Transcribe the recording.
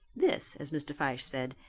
this, as mr. fyshe said,